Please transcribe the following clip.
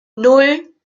nan